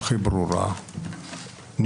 הכרה של